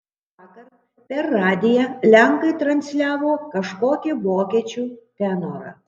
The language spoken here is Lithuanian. vakar per radiją lenkai transliavo kažkokį vokiečių tenorą